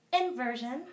inversion